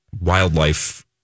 wildlife